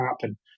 happen